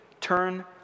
turn